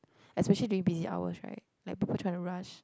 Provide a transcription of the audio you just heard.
especially during busy hours right like people trying to rush